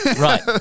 Right